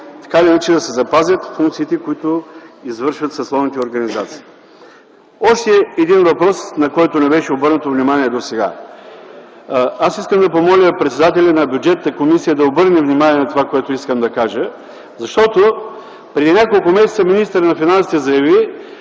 така или иначе да се запазят функциите, които извършват съсловните организации. Още един въпрос, на който не беше обърнато внимание до сега. Аз искам да помоля председателя на Бюджетната комисия да обърне внимание на това, което искам да кажа, защото преди няколко месеца министърът на финансите заяви,